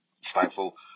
stifle